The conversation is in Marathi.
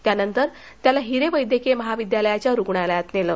त्यानंतर त्याला हिरे वैद्यकिय महाविद्यालयाच्या रुग्णालयात नेलं